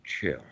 chill